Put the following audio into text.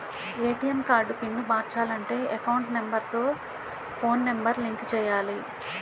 ATM card pin మార్చాలంటే account number తో phone number link చేయాలి